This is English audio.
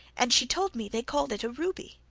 and she told me they called it a ruby.